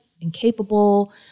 incapable